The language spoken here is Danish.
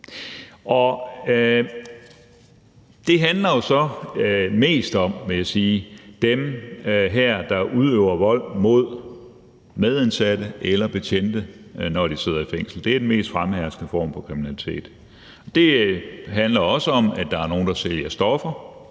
mest, vil jeg sige, om dem, der udøver vold mod medindsatte eller mod betjente, når de sidder i fængsel. Det er den mest fremherskende for kriminalitet. Det handler også om, at der er nogle, der sælger stoffer